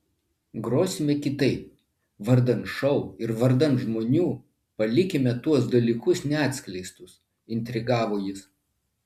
grosime kitaip vardan šou ir vardan žmonių palikime tuos dalykus neatskleistus intrigavo jis